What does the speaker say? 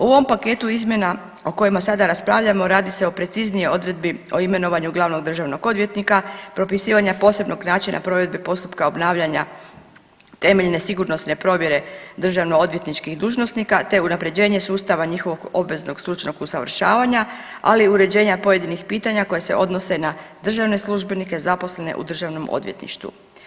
U ovom paketu izmjena o kojima sada raspravljamo radi se o preciznijoj odredbi o imenovanju glavnog državnog odvjetnika, propisivanja posebnog načina provedbe postupka obnavljanja temeljne sigurnosne provjere državno odvjetničkih dužnosnika te unapređenje sustava njihovog obveznog stručnog usavršavanja, ali i uređenja pojedinih pitanja koja se odnose na državne službenike zaposlene u Državnom odvjetništvu.